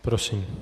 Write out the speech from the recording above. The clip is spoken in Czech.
Prosím.